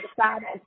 decided